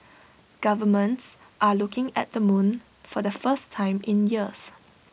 governments are looking at the moon for the first time in years